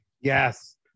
Yes